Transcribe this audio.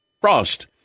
frost